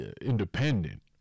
independent